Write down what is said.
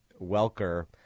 Welker